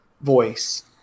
voice